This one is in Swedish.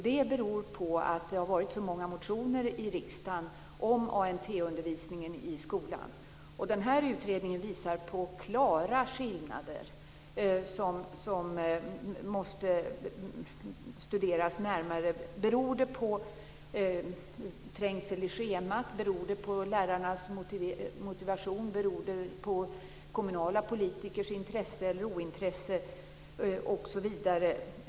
Det beror på att det har varit så många motioner i riksdagen om ANT undervisningen i skolan. Den här utredningen visar på klara skillnader, som måste studeras närmare. Beror det på trängsel i schemat, lärarnas motivation, kommunala politikers intresse eller ointresse osv.?